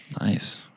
Nice